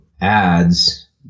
ads